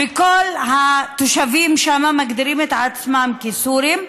וכל התושבים שם מגדירים את עצמם כסורים.